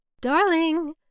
Darling